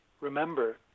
remember